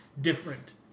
different